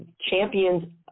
champions